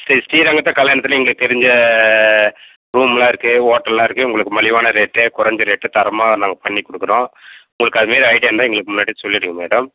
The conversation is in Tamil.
ஸ்ரீ ஸ்ரீரங்கத்தில் கல்லணத்துலையும் எங்களுக்கு தெரிந்த ரூம்லாம் இருக்குது ஹோட்டல்லாம் இருக்குது உங்களுக்கு மலிவான ரேட்லே குறந்த ரேட்டில் தரமாக நாங்கள் பண்ணிக் கொடுக்குறோம் உங்களுக்கு அது மாதிரி ஐடியா இருந்தால் எங்களுக்கு முன்னாடியே சொல்லிடுங்கள் மேடம்